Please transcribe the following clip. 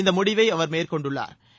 இந்த முடிவை அவர் மேற்கொண்டுள்ளாா்